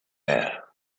air